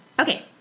Okay